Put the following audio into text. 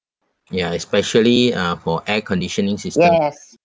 ya especially uh for air conditioning system